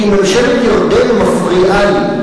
כי ממשלת ירדן מפריעה לי,